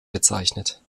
bezeichnet